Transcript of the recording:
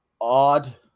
odd